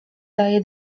daje